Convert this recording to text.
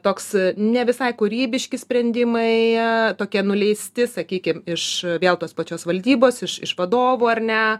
toks ne visai kūrybiški sprendimai tokie nuleisti sakykim iš vėl tos pačios valdybos iš iš vadovų ar ne